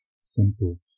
simple